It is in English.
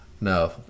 no